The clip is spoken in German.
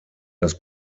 das